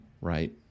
right